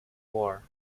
war